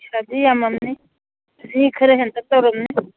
ꯆꯍꯤ ꯌꯥꯃꯝꯅꯤ ꯆꯍꯤ ꯈꯔ ꯍꯦꯟꯇꯛ ꯇꯧꯔꯝꯅꯤ